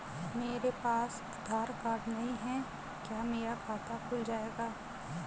मेरे पास आधार कार्ड नहीं है क्या मेरा खाता खुल जाएगा?